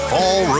Fall